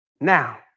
Now